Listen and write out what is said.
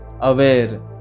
aware